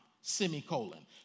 semicolon